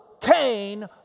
Cain